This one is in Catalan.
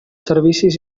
servicis